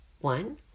One